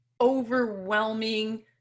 overwhelming